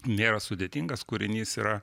nėra sudėtingas kūrinys yra